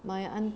my aunt